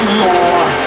more